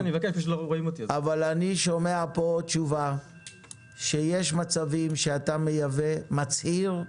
אני שומע כאן תשובה שיש מצבים שאתה מייבא, מצהיר,